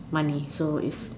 money so is